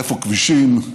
איפה כבישים?